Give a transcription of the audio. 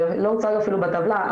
זה לא הוצג אפילו בטבלה,